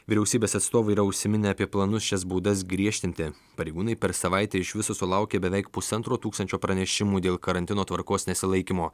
vyriausybės atstovai yra užsiminę apie planus šias būdas griežtinti pareigūnai per savaitę iš viso sulaukė beveik pusantro tūkstančio pranešimų dėl karantino tvarkos nesilaikymo